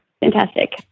Fantastic